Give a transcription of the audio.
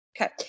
Okay